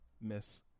miss